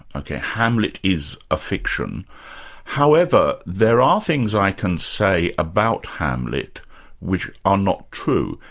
ok hamlet is a fiction however there are things i can say about hamlet which are not true.